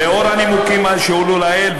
לאור הנימוקים שהועלו לעיל,